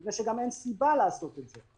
גם אין שום סיבה